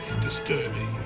disturbing